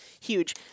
huge